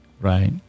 Right